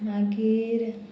मागीर